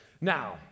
Now